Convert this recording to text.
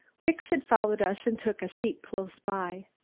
wicks had followed us and took a seat close by.